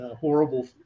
horrible